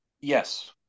Yes